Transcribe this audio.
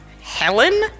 Helen